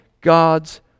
God's